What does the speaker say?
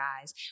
guys